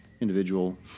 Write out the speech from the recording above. individual